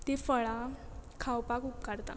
ती फळां खावपाक उपकारता